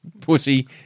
pussy